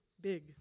big